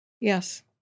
Yes